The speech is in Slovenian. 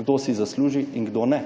kdo si zasluži in kdo ne?